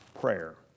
prayer